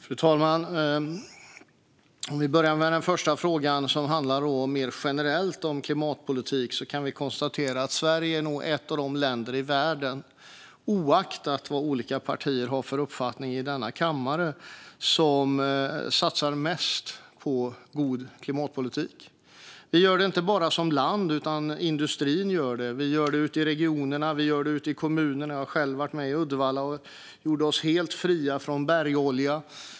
Fru talman! Om vi börjar med den första frågan, som handlar om klimatpolitik mer generellt, kan vi konstatera att Sverige nog är ett av de länder i världen som, oavsett vad olika partier i denna kammare har för uppfattning, satsar mest på god klimatpolitik. Vi gör det inte bara som land, utan även industrin gör det, liksom regionerna och kommunerna. Jag var själv med när vi i Uddevalla gjorde oss helt fria från bergolja.